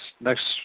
next